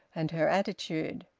and her attitude.